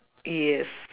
yes